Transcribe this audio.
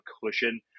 cushion